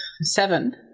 Seven